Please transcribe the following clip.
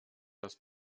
das